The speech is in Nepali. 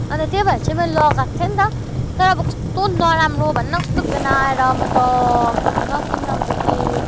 अन्त त्यही भएर चाहिँ मैले लगाएको थिएँ नि त तर अब कस्तो नराम्रो भन न कस्तो गनाएर म त नकिन् अबदेखि